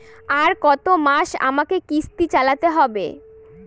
আর কতমাস আমাকে কিস্তি চালাতে হবে?